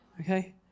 okay